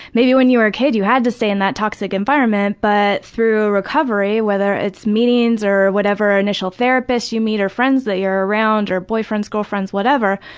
maybe when you were a kid you had to stay in that toxic environment but through recovery, whether it's meetings, or whatever initial therapist you meet or friends that you're around or boyfriends, girlfriends, whatever,